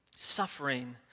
suffering